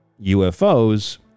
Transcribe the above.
UFOs